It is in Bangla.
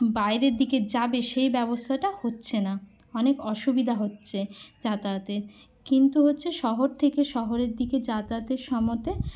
বাইরের দিকে যাবে সেই ব্যবস্থাটা হচ্ছে না অনেক অসুবিধা হচ্ছে যাতায়াতে কিন্তু হচ্ছে শহর থেকে শহরের দিকে যাতায়াতের সমতে